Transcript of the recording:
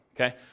Okay